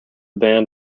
band